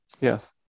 Yes